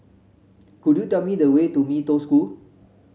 could you tell me the way to Mee Toh School